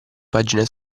pagine